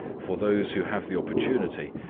for those who have the opportunity,